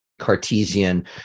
Cartesian